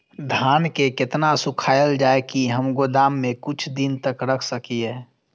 धान के केतना सुखायल जाय की हम गोदाम में कुछ दिन तक रख सकिए?